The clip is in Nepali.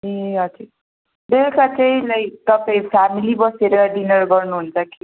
ए हजुर बेलुका चाहिँ लाइक तपाईँ फ्यामिली बसेर डिनर गर्नुहुन्छ कि